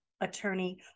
attorney